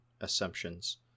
assumptions